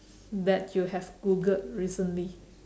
that you have googled recently